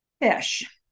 Fish